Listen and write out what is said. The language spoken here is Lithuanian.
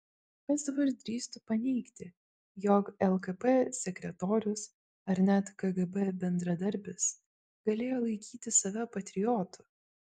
kas dabar drįstų paneigti jog lkp sekretorius ar net kgb bendradarbis galėjo laikyti save patriotu